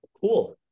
cool